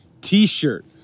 t-shirt